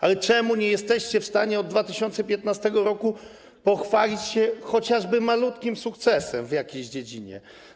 Ale czemu nie jesteście w stanie od 2015 r. pochwalić się chociażby malutkim sukcesem w jakiejś dziedzinie?